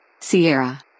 Sierra